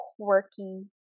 quirky